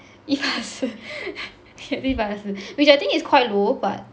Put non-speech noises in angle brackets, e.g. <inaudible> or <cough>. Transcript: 一百二十 <laughs> which I think is quite low but